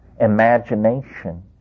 imagination